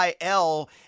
IL